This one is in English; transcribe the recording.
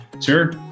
Sure